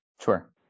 Sure